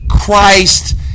Christ